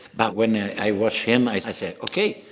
but when ah i watched him i said okay,